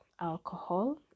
alcohol